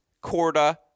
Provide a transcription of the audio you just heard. Corda